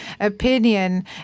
opinion